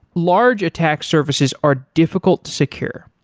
large attack surfaces are difficult to secure,